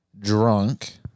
drunk